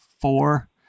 four